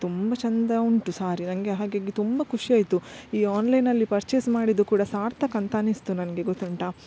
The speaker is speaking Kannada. ತುಂಬ ಚಂದ ಉಂಟು ಸಾರಿ ನಂಗೆ ಹಾಗಾಗಿ ತುಂಬ ಖುಷಿಯಾಯಿತು ಈ ಆನ್ಲೈನಲ್ಲಿ ಪರ್ಚೇಸ್ ಮಾಡಿದ್ದು ಕೂಡ ಸಾರ್ಥಕ್ಕಂತ ಅನಿಸ್ತು ನನಗೆ ಗೊತ್ತುಂಟ